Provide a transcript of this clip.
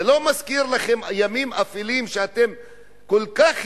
זה לא מזכיר לכם ימים אפלים שאתם התנערתם